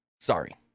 sorry